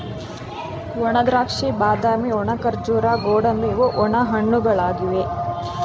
ಒಣದ್ರಾಕ್ಷಿ, ಬಾದಾಮಿ, ಒಣ ಖರ್ಜೂರ, ಗೋಡಂಬಿ ಇವು ಒಣ ಹಣ್ಣುಗಳಾಗಿವೆ